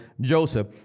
Joseph